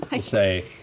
say